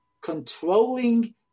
controlling